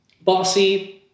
bossy